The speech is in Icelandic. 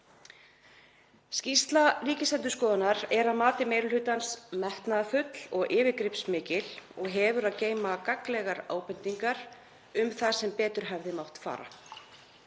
Skýrsla Ríkisendurskoðunar er að mati meiri hlutans metnaðarfull og yfirgripsmikil og hefur að geyma gagnlegar ábendingar um það sem betur hefði mátt fara.